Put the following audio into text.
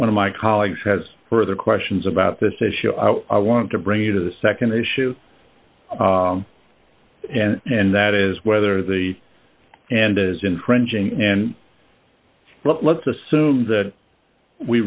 one of my colleagues has further questions about this issue i want to bring you to the nd issue and that is whether the and is infringing and let's assume that we